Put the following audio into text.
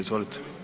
Izvolite.